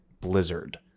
Blizzard